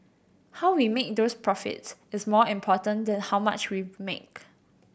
how we make those profits is more important than how much we've make